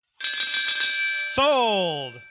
Sold